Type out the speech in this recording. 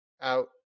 out